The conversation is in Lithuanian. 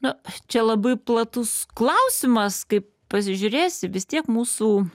nu čia labai platus klausimas kaip pasižiūrėsi vis tiek mūsų